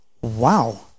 wow